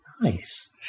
Nice